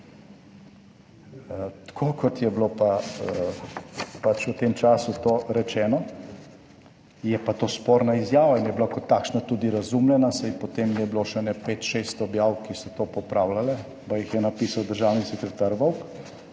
Tako kot je bilo pa pač v tem času to rečeno, je pa to sporna izjava in je bila kot takšna tudi razumljena, saj potem je bilo še pet, šest objav, ki so to popravljale, pa jih je napisal državni sekretar Vovk